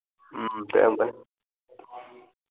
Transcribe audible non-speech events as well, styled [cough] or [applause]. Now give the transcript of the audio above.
ꯎꯝ [unintelligible]